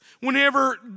whenever